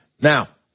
Now